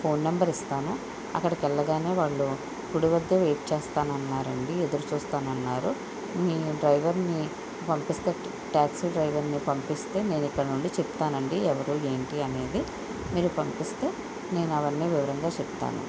phone number ఇస్తాను అక్కడికి వెళ్ళగానే వాళ్ళు గుడి వద్దే వెయిట్ చేస్తా అన్నారండి ఎదురు చూస్తాను అన్నారు మీ డ్రైవరిని పంపిస్తే ట్యాక్సీ డ్రైవరిని పంపిస్తే నేను ఇక్కడ నుండి చెప్తానండి ఎవరూ ఏంటి అనేది మీరు పంపిస్తే నేను అవన్నీ వివరంగా చెప్తాను